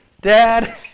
Dad